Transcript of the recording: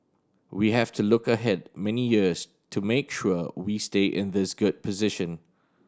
we have to look ahead many years to make sure we stay in this good position